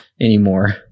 anymore